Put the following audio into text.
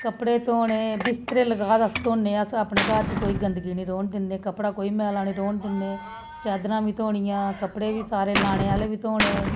कपड़े धोने बिस्तरे लगात अस धोन्ने आं अस अपने घर च कोई गंदगी निं रौह्न दिंदे कपड़ा कोई मैला निं रौह्न दिन्ने चादरां बी धोनियां कपड़े बी सारे लाने आह्ले बी धोने